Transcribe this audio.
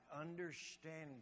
understanding